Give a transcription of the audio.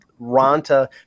Ranta